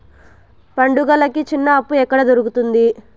పండుగలకి చిన్న అప్పు ఎక్కడ దొరుకుతుంది